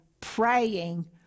praying